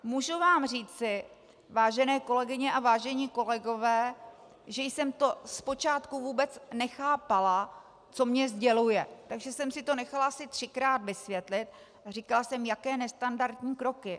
Můžu vám říci, vážené kolegyně a vážení kolegové, že jsem to zpočátku vůbec nechápala, co mně sděluje, takže jsem si to nechala asi třikrát vysvětlit a říkala jsem jaké nestandardní kroky?